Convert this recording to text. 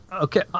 Okay